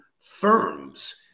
firms